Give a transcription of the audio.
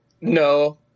No